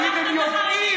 מה זה אהבה,